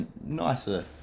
nicer